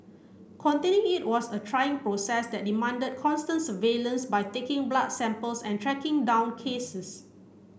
containing it was a trying process that demanded constant surveillance by taking blood samples and tracking down cases